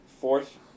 fourth